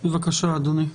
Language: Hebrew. בבקשה, אדוני.